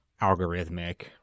algorithmic